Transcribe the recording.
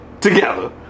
Together